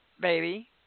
baby